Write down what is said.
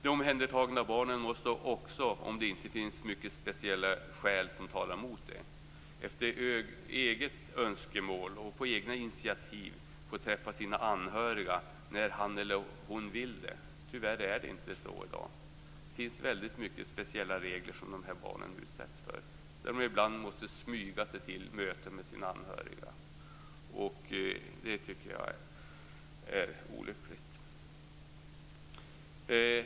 De omhändertagna barnen måste också, om det inte finns mycket speciella skäl som talar mot, efter eget önskemål och på egna initiativ få träffa sina anhöriga när de vill. Tyvärr är det inte så i dag. Det finns väldigt mycket speciella regler som de här barnen utsätts för. Ibland måste de smyga sig till möten med sina anhöriga. Det tycker jag är olyckligt.